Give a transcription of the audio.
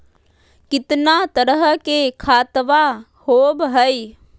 कितना तरह के खातवा होव हई?